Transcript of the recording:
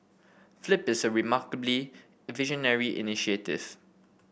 flip is a remarkably visionary initiative